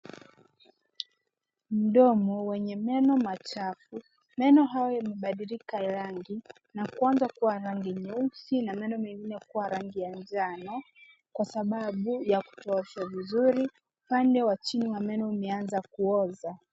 Mdomo wenye meno machafu meno haya yamebadilika rangi na kuanza kuwa rangi nyeusi na meno mengine kuwa ya rangi ya njano kwa sababu ya kutoosha vizuri . Upande wa chini wa menoumenza kuoza.